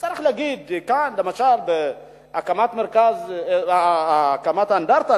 צריך להגיד שהקמת האנדרטה,